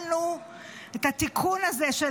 את התיקון הזה של